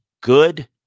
good